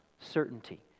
certainty